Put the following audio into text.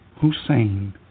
Hussein